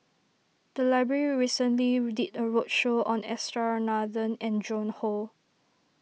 the library recently did a roadshow on S R Nathan and Joan Hon